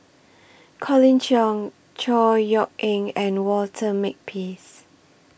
Colin Cheong Chor Yeok Eng and Walter Makepeace